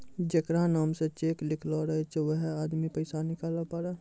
जेकरा नाम से चेक लिखलो रहै छै वैहै आदमी पैसा निकालै पारै